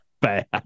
bad